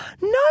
No